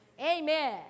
amen